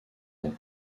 ans